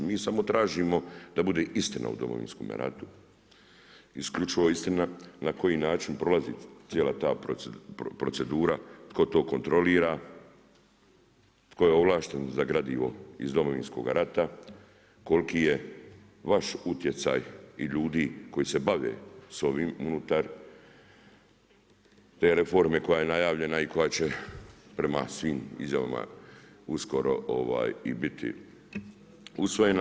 Mi samo tražimo da bude istina o Domovinskome ratu, isključivo istina na koji način prolazi cijela ta procedura, tko to kontrolira, tko je ovlašten za gradivo iz Domovinskoga rata, koliki je vaš utjecaj i ljudi koji se bave sa ovim unutar te reforme koja je najavljena i koja će prema svim izjavama uskoro i biti usvojena.